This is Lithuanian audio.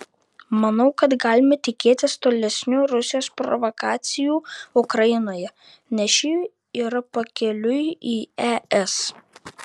manau kad galime tikėtis tolesnių rusijos provokacijų ukrainoje nes ši yra pakeliui į es